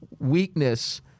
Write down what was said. weakness